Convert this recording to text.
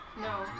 No